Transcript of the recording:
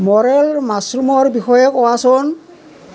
morel মাছৰুমৰ বিষয়ে কোৱাচোন